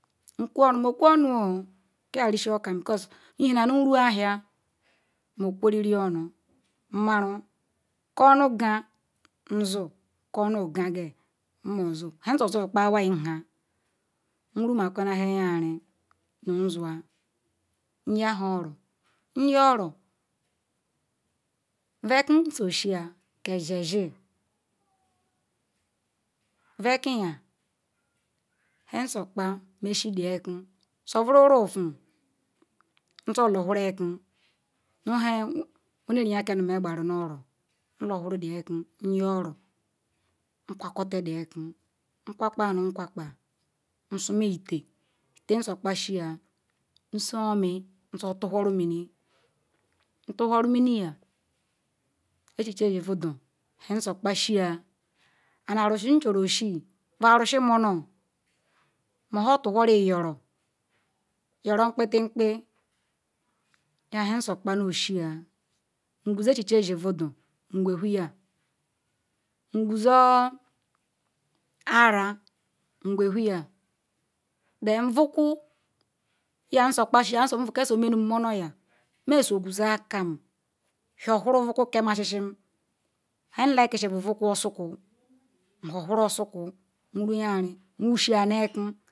Nkwe onu nmekwe onwoo kiarisi okam because Ihena nu nru-ahia nmekweriri onu nmaraka-onu-gaa nsu ka-obuvgage nmosu nhe sosu bu kpa Iwaihan, nrumako nalua hiariyi nunsua nyahaoro nya-oro vekwu nso oshia shieshi vekiyam nha sokpa mesi di veki soveruru ozun nsoboluwhoru oki nu nhe nwokeriyakam nume gbarunu-oro nluwhoru di eki nya-oro ngwakwator di eki nkwakpa nu nkwakpa nsuma Itee, Itee suokpa shiya nso oniro nso otuwhoru mimi ntuwhoru miniyam echuche ndivendu buha nsiakpashia and Arusi nchoru oshee bu Arusi munor nmatuwhoru Iyoru Iyoru nkpikiti yaha suokpanu yeshea nguzo echiche ndiv-vendu qwehuhia nquzoo ara nqwehuhia then vukwu kasuokpasaa kesomenu munoryam meso oquzo akam whorhuru vukwu kemasisi nhe nlikisi bu vukwu osukwu nwhorhuru osukwubnru yari nwosaa neki.